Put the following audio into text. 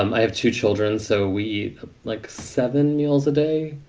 um i have two children, so we like seven meals a day,